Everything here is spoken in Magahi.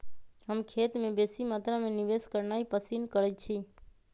हम खेत में बेशी मत्रा में निवेश करनाइ पसिन करइछी